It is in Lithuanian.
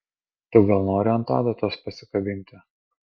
tu gal nori ant adatos pasikabinti